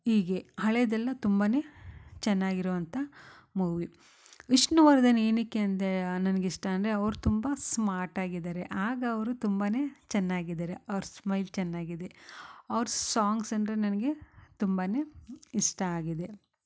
ಹೀಗೆ ಹಳೆದೆಲ್ಲ ತುಂಬಾನೆ ಚೆನ್ನಾಗಿರುವಂಥ ಮೂವಿ ವಿಷ್ಣುವರ್ಧನ್ ಏನಕ್ಕೆ ಅಂದೆ ನನ್ಗ ಇಷ್ಟ ಅಂದರೆ ಅವ್ರ ತುಂಬ ಸ್ಮಾರ್ಟಾಗಿದ್ದಾರೆ ಆಗ ಅವರು ತುಂಬನೆ ಚೆನ್ನಾಗಿದ್ದಾರೆ ಅವ್ರ ಸ್ಮೈಲ್ ಚೆನ್ನಾಗಿದೆ ಅವ್ರ ಸಾಂಗ್ಸ್ ಅಂದರೆ ನನಗೆ ತುಂಬನೆ ಇಷ್ಟ ಆಗಿದೆ